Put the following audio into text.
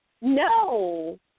No